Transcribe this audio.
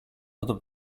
other